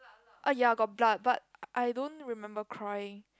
ah ya got blood but I don't remember crying